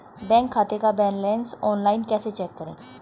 Bank खाते का balance online कैसे चेक करें?